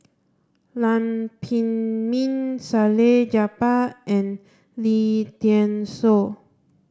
Lam Pin Min Salleh Japar and Lim Thean Soo